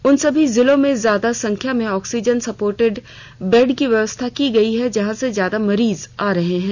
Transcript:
उन सभी जिलों में ज्यादा संख्या में ऑक्सीजन सपोर्टेड बेड की व्यवस्था की गई है जहां से ज्यादा मरीज आ रहे हैं